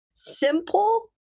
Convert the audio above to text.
Simple